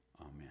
Amen